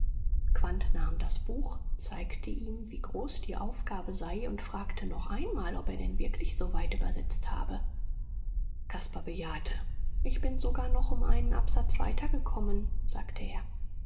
nahm das buch zeigte ihm wie groß die aufgabe sei und fragte noch einmal ob er denn wirklich so weit übersetzt habe caspar bejahte ich bin sogar noch um einen absatz weitergekommen sagte er